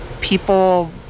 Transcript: people